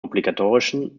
obligatorischen